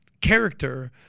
character